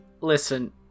Listen